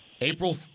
April –